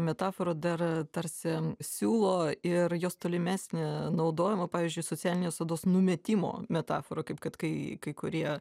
metafora dar tarsi siūlo ir jos tolimesnį naudojimą pavyzdžiui socialinės odos numetimo metafora kaip kad kai kai kurie